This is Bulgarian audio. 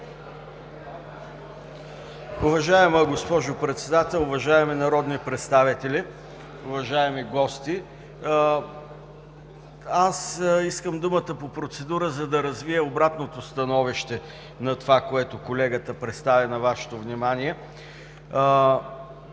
Уважаема госпожо Председател, уважаеми народни представители, уважаеми гости! Искам думата по процедура, за да развия обратното становище на това, което колегата представи на Вашето внимание.